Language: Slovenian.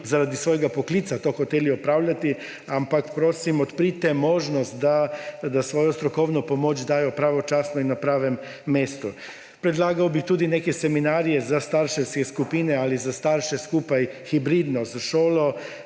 zaradi svojega poklica to hoteli opravljati, ampak prosim odprite možnost, da svojo strokovno pomoč dajo pravočasno in na pravem mestu. Predlagal bi tudi neke seminarje za starševske skupine ali za starše skupaj, hibridno s šolo,